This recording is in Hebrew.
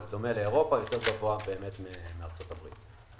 זה דומה לאירופה, יותר גבוה מארצות הברית.